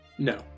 No